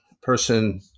person